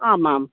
आम् आम्